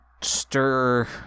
stir